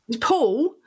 Paul